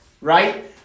right